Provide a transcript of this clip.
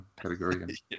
category